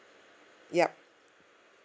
yup